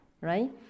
right